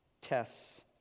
tests